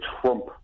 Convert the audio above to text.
Trump